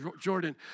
Jordan